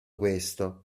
questo